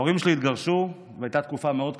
ההורים שלי התגרשו והייתה תקופה מאוד קשה.